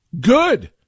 good